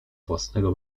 własnego